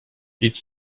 idź